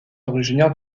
originaire